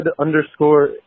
underscore